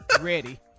Ready